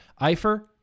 Eifer